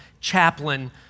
Chaplain